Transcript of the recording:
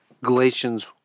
Galatians